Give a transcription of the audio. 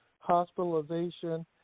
hospitalization